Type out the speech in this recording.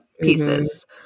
pieces